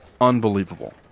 Unbelievable